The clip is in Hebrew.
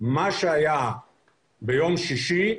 מה שהיה ביום שישי.